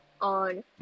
on